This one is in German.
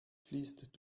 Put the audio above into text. fließt